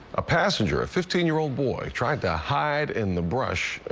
a passenger a fifteen year-old boy tried to hide in the brush,